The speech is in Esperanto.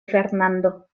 fernando